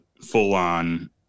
full-on –